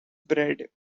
bread